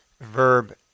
verb